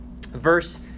verse